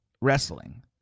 wrestling